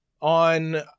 on